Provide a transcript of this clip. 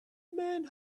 men